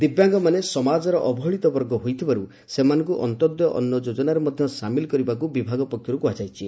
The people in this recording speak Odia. ଦିବ୍ୟାଙ୍ଗମାନେ ସମାଜର ଅବହେଳିତ ବର୍ଗ ହୋଇଥିବାରୁ ସେମାନଙ୍କୁ ଅନ୍ତ୍ୟୋଦୟ ଅନ୍ନ ଯୋଜନାରେ ମଧ୍ୟ ସାମିଲ୍ କରିବାକୁ ବିଭାଗ ପକ୍ଷରୁ କୁହାଯାଇଛି